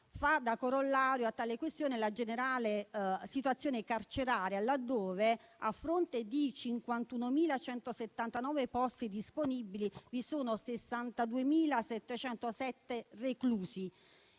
Fa da corollario a tale questione la generale situazione carceraria, laddove, a fronte di 51.179 posti disponibili, vi sono 62.707 reclusi.